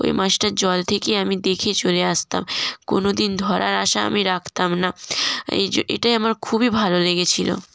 ওই মাছটা জল থেকে আমি দেখে চলে আসতাম কোনও দিন ধরার আশা আমি রাখতাম না এই এটাই আমার খুবই ভালো লেগেছিল